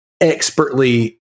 expertly